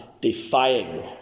defying